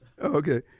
Okay